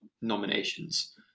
nominations